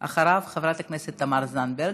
אחריו, חברת הכנסת תמר זנדברג.